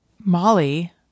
Molly